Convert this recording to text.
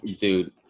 dude